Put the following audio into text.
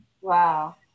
Wow